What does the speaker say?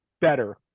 better